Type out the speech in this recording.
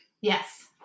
Yes